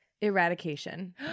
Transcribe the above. Eradication